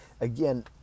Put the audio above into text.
Again